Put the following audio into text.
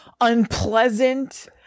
unpleasant